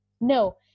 No